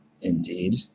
Indeed